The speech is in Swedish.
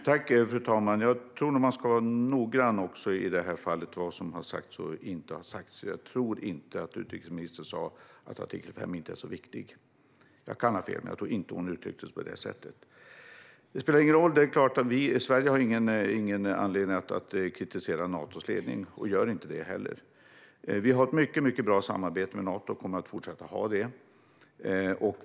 Fru talman! Jag tror att man ska vara noggrann med vad som sagts och inte sagts i det här fallet. Jag tror inte att utrikesministern sa att artikel 5 inte är så viktig. Jag kan ha fel, men jag tror inte att hon uttryckte sig på det sättet. Det spelar ingen roll - vi i Sverige har ingen anledning att kritisera Natos ledning och gör heller inte det. Vi har ett mycket bra samarbete med Nato och kommer att fortsätta ha det.